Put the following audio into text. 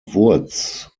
wurtz